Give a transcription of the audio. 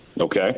Okay